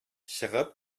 чыгып